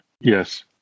Yes